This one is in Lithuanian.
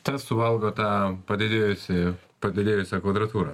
tas suvalgo tą padidėjusį padidėjusią kvadratūrą